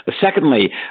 Secondly